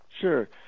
Sure